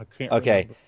Okay